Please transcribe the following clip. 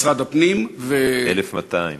בגין חידוש דרכון במשרד הפנים לזה הנגבה בנמל-התעופה